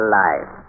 life